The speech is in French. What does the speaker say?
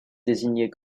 désignés